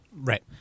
Right